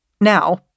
Now